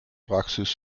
praxis